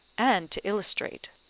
and to illustrate.